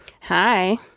Hi